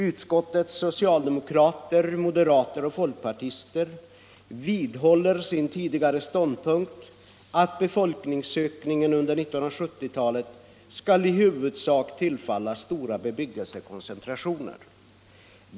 Utskottets socialdemokrater, moderater och folkpartister vidhåller sin tidigare ståndpunkt, att befolkningsökningen under 1970-talet skall i huvudsak tillfalla stora bebyggelsekoncentrationer.